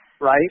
right